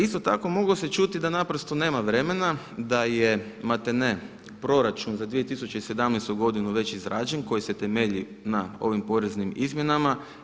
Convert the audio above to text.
Isto tako moglo se čuti da naprosto nema vremena da je maltene proračun za 2017. godinu već izrađen, koji se temelji na ovim poreznim izmjenama.